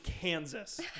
kansas